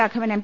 Raghavan M